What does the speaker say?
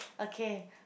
okay